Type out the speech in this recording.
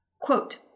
quote